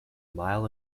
mile